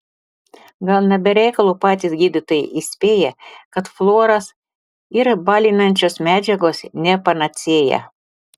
gal ne be reikalo patys gydytojai įspėja kad fluoras ir balinančios medžiagos ne panacėja